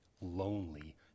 lonely